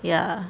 ya